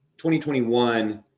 2021